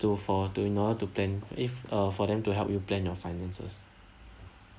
to for to in order to plan if uh for them to help you plan your finances